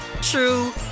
true